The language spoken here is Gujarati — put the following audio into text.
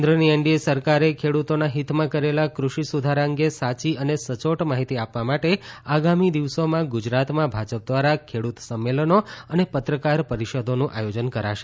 ખેડૂત ભાજપ કેન્દ્રની એનડીએ સરકારે ખેડૂતોના હિતમાં કરેલા ક્રષિ સુધારા અંગે સાચી અને સયોટ માહિતી આપવા માટે આગામી દિવસોમાં ગુજરાતમાં ભાજપ દ્વારા ખેડૂત સંમેલનો અને પત્રકાર પરિષદોનું આયોજન કરાશે